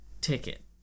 ticket